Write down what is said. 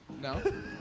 No